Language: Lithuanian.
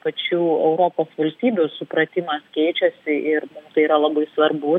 pačių europos valstybių supratimas keičiasi ir tai yra labai svarbu